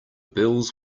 bills